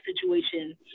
situation